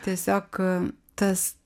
tiesiog tas